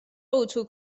اتو